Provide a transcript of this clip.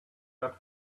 got